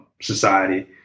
society